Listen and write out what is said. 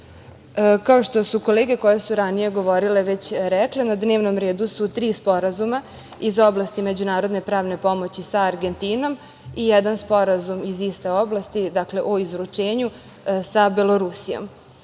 što su kolege koje su ranije govorile već rekle, na dnevnom redu su tri sporazuma iz oblasti međunarodne pravne pomoći za Argentinom i jedan sporazum iz iste oblasti, dakle, o izručenju sa Belorusijom. Reč